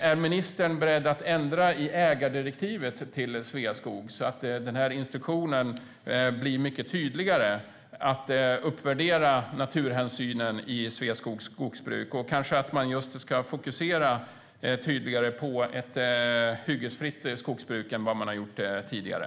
Är ministern beredd att ändra i ägardirektivet till Sveaskog så att instruktionen blir mycket tydligare angående att man ska uppvärdera naturhänsynen i Sveaskogs skogsbruk? Kanske man ska fokusera tydligare på ett hyggesfritt skogsbruk än vad man har gjort tidigare.